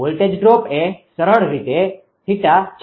voltage drop એ સરળ રીતે 𝐼𝑅 છે